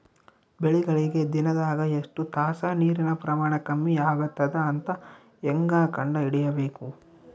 ಬೆಳಿಗಳಿಗೆ ದಿನದಾಗ ಎಷ್ಟು ತಾಸ ನೀರಿನ ಪ್ರಮಾಣ ಕಮ್ಮಿ ಆಗತದ ಅಂತ ಹೇಂಗ ಕಂಡ ಹಿಡಿಯಬೇಕು?